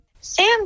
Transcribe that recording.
Sam